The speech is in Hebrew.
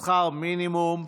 שכר מינימום,